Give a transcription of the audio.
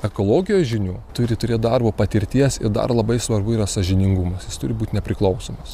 ekologijos žinių turi turėt darbo patirties ir dar labai svarbu yra sąžiningumas jis turi būt nepriklausomas